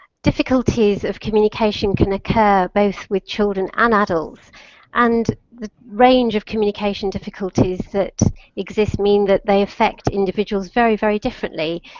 difficulties of communication can occur both with children and adults and the range of communication difficulties that exist mean that they affect individuals very very differently.